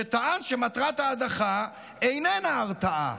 שטען שמטרת ההדחה איננה הרתעה.